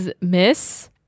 miss